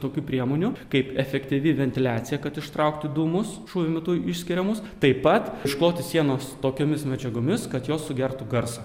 tokių priemonių kaip efektyvi ventiliacija kad ištraukti dūmus šūvio metu išskiriamus taip pat iškloti sienas tokiomis medžiagomis kad jos sugertų garsą